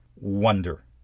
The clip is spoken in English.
wonder